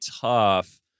tough